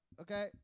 Okay